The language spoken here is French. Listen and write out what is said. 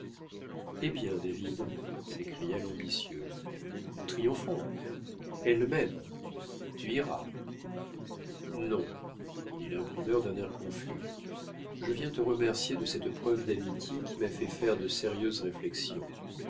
eh bien david s'écria l'ambitieux nous triomphons elle m'aime tu iras non dit l'imprimeur d'un air confus je viens te remercier de cette preuve d'amitié qui m'a fait faire de sérieuses réflexions